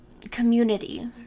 community